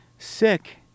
Sick